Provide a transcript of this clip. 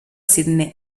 sydney